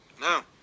No